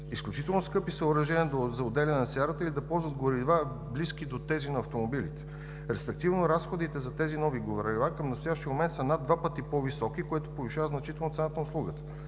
изключително скъпи съоръжения за отделяне на сярата или да ползват горива, близки до тези на автомобилите. Респективно разходите за тези нови горива към настоящия момент са над два пъти по-високи, което повишава значително цената на услугата.